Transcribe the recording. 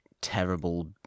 terrible